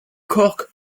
cork